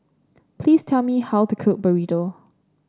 please tell me how to cook Burrito